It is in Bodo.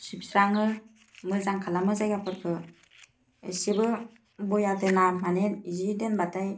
सिबस्राङो मोजां खालामो जायगाफोरखो एसेबो ब'या दोना माने बिदि दोनबाथाय